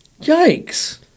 Yikes